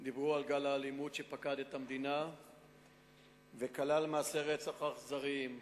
דיברו על גל האלימות שפקד את המדינה וכלל מעשי רצח אכזריים.